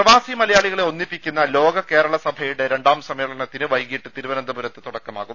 പ്രവാസി മലയാളികളെ ഒന്നിപ്പിക്കുന്ന ലോക കേരള സഭയുടെ രണ്ടാം സമ്മേളനത്തിന് വൈകിട്ട് തിരുവനന്തപുരത്ത് തുടക്കമാ കും